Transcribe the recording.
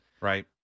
Right